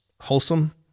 wholesome